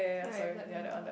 alright Black-Panther